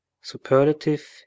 superlative